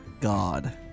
God